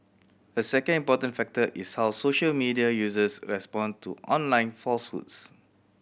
a second important factor is how social media users respond to online falsehoods